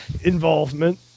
involvement